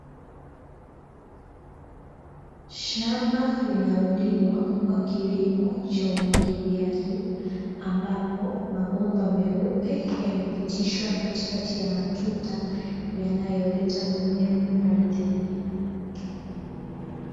Shamba linalolimwa kwa kilimo cha umwagiliaji, ambapo mabomba meupe yamepitishwa katikati ya matuta, yanayoleta unyevu ardhini.